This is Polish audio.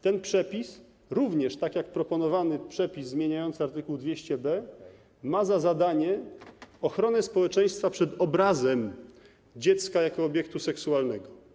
Ten przepis również, tak jak proponowany przepis zmieniający art. 200b, ma za zadanie ochronę społeczeństwa przed obrazem dziecka jako obiektu seksualnego.